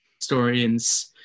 historians